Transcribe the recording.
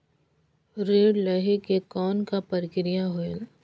ऋण लहे के कौन का प्रक्रिया होयल?